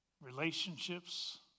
relationships